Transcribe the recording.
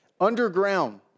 underground